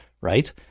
Right